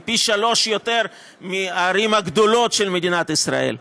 היא פי שלושה יותר מהערים הגדולות של מדינת ישראל.